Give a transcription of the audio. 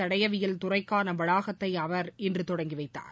தடயவியல் துறைக்கான வளாகத்தை அமைச்சா் இன்று தொடங்கி வைத்தார்